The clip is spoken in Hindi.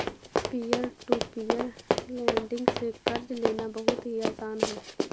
पियर टू पियर लेंड़िग से कर्ज लेना बहुत ही आसान है